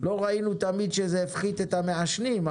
לא ראינו תמיד שזה הפחית את המעשנים,